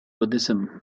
buddhism